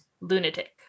Lunatic